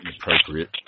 Appropriate